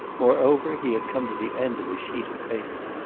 moreover, he had come to the end of his sheet of paper.